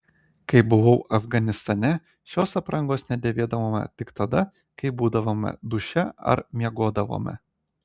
kai buvau afganistane šios aprangos nedėvėdavome tik tada kai būdavome duše ar miegodavome